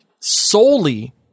solely